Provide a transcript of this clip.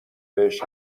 بهش